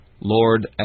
Lord